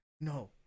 no